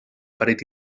paret